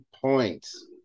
points